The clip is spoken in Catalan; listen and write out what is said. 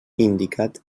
indicat